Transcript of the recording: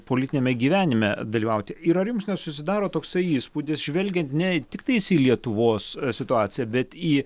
politiniame gyvenime dalyvauti ir ar jums nesusidaro toksai įspūdis žvelgiant ne tiktais į lietuvos situaciją bet į